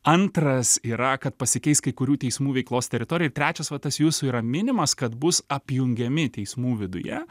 antras yra kad pasikeis kai kurių teismų veiklos teritorija ir trečias va tas jūsų yra minimas kad bus apjungiami teismų viduje